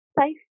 safety